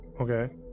Okay